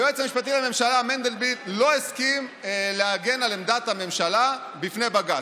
היועץ המשפטי לממשלה מנדלבליט לא הסכים להגן על עמדת הממשלה בפני בג"ץ.